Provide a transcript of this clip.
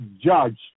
judge